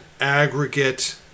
aggregate